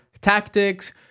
tactics